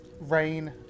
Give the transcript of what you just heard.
Rain